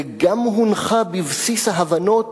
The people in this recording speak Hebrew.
וגם הונחה בבסיס ההבנות